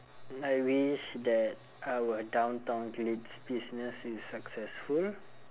I wish that our downtown business is successful